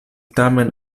tamen